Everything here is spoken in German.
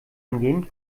angehen